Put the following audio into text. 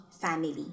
family